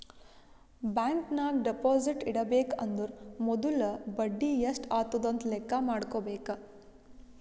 bank ನಾಗ್ deposit ಇಡಬೇಕ ಅಂದುರ್ ಮೊದುಲ ಬಡಿ ಎಸ್ಟ್ ಆತುದ್ ಅಂತ್ ಲೆಕ್ಕಾ ಮಾಡ್ಕೋಬೇಕ